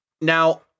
Now